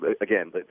again